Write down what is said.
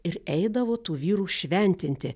ir eidavo tų vyrų šventinti